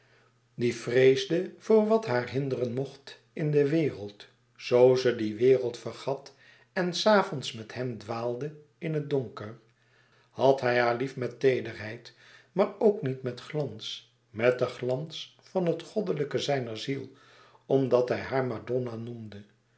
die vreesde voor wat haar hinderen mocht in de wereld zoo ze die wereld vergat en s avonds met hem dwaalde in het donker had hij haar lief met teederheid maar ook niet met glans met den glans van louis couperus extaze een boek van geluk het goddelijke zijner ziel omdat hij haar madonna noemde